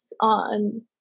on